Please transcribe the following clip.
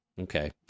Okay